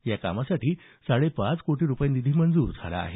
या कामासाठी साडे पाच कोटी रुपये निधी मंजूर झालेला आहे